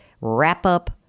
wrap-up